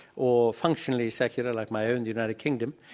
or functionally secular like my own united kingdom.